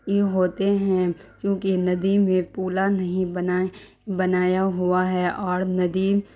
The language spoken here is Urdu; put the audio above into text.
ای ہوتے ہیں کیونکہ ندی میں پولا نہیں بنا بنایا ہوا ہے اور ندی